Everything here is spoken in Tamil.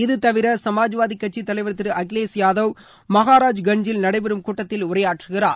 இது தவிர சமாஜ்வாதி கட்சி தலைவர் திரு அகிலேஷ் யாதவ் மகாராஜ்கன்ஜில் நடைபெறும் கூட்டத்தில் உரையாற்றுகிறார்